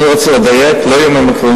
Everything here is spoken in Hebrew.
אני רוצה לדייק: לא בימים הקרובים,